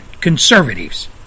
conservatives